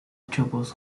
chopos